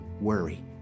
worry